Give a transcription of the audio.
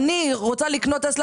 אני רוצה לקנות "טסלה",